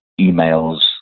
emails